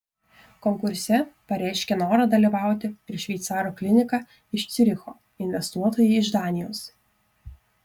konkurse pareiškė norą dalyvauti ir šveicarų klinika iš ciuricho investuotojai iš danijos